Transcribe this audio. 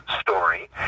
story